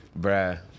Bruh